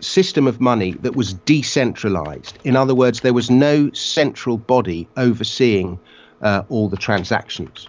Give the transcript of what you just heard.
system of money that was decentralised. in other words, there was no central body overseeing all the transactions.